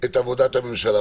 את עבודת הממשלה.